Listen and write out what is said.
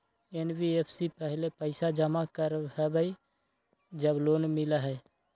NBFC पहले पईसा जमा करवहई जब लोन मिलहई?